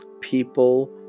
People